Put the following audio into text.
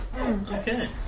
Okay